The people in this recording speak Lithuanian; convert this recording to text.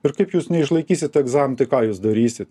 ir kaip jūs neišlaikysit egzamino tai ką jūs darysit